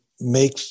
make